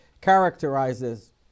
characterizes